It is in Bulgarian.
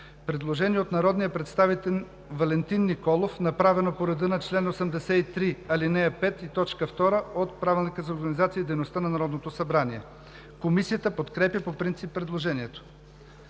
Предложение от народния представител Владислав Николов, направено по реда на чл. 83, ал. 5, т. 2 от Правилника за организацията и дейността на Народното събрание. Комисията подкрепя по принцип предложението.